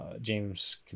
James